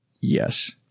Yes